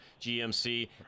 gmc